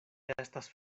estas